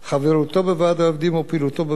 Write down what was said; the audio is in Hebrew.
עובדים הפועל במסגרת ארגון העובדים,